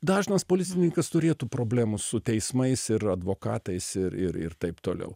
dažnas policininkas turėtų problemų su teismais ir advokatais ir ir ir taip toliau